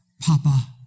Papa